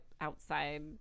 outside